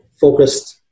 focused